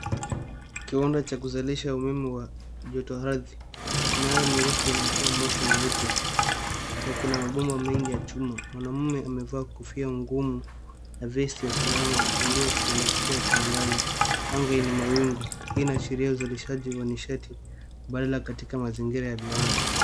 Kiwanda cha kuzalisha umuhimu wa joto ardhi kinaomirefu inatoa moshi mweupe. Kuna mabomba mengi ya chuma. Mwanaume amevaa kofia ngumu na vesi ya kisalama akitembea kuelekea kiwandani. Anga ina mawingu, hii inaashiria uzalishaji wa badala katika mazingira ya viwanda.